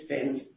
spend